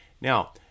Now